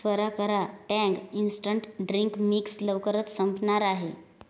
त्वरा करा Tang instant drink mix लवकरच संपणार आहे